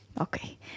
Okay